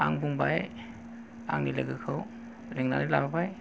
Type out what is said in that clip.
आं बुंबाय आंनि लोगोखौ लेंनानै लाबोबाय